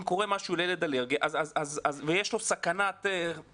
אם קורה משהו לילד אלרגי ויש לו סכנה מיידית,